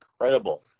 incredible